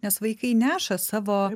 nes vaikai neša savo